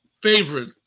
favorite